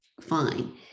fine